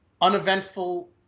uneventful